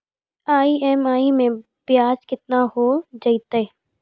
EMI मैं ब्याज केतना हो जयतै?